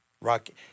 Rocket